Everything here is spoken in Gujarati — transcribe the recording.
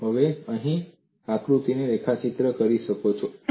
તમે હવે આકૃતિને રેખાચિત્ર કરી શકો છો